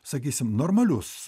sakysim normalius